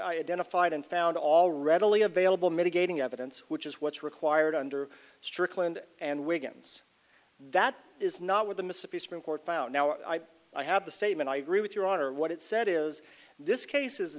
identified and found all readily available mitigating evidence which is what's required under strickland and wiggins that is not with the mississippi supreme court found now i i have the statement i agree with your honor what it said is this case